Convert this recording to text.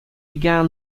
began